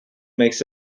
makes